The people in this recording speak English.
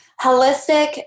holistic